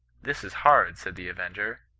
this is hard said the avenger.